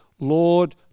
Lord